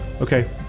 okay